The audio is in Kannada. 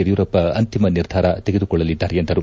ಯಡಿಯೂರಪ್ಪ ಅಂತಿಮ ನಿರ್ಧಾರ ತೆಗೆದುಕೊಳ್ಳಲಿದ್ದಾರೆ ಎಂದರು